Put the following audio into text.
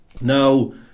Now